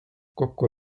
kokku